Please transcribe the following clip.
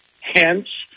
Hence